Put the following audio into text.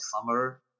summer